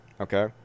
okay